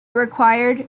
required